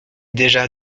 déjà